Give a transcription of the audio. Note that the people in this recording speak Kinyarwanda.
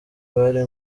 bari